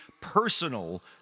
personal